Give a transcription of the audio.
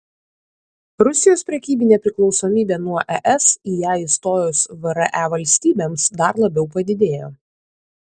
rusijos prekybinė priklausomybė nuo es į ją įstojus vre valstybėms dar labiau padidėjo